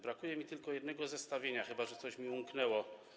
Brakuje mi tylko jednego zestawienia, chyba że coś mi umknęło.